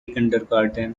kindergarten